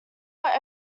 what